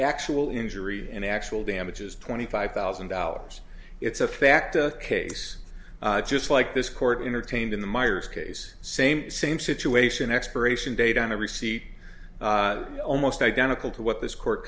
actual injury and actual damages twenty five thousand dollars it's a fact a case just like this court entertained in the miers case same same situation expiration date on a receipt almost identical to what this court